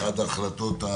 גם זו אחת ההחלטות הלא-חכמות,